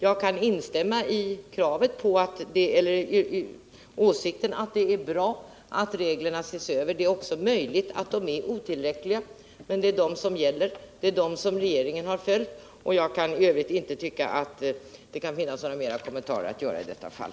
Jag kan instämma i åsikten att det är bra att reglerna ses över. Det är också möjligt att de är otillräckliga. Men det är de reglerna som gäller, och det är dem regeringen följt. Jag tycker i övrigt inte att det finns några fler kommentarer att göra i detta fall.